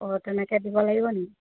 অঁ তেনেকৈ দিব লাগিবনি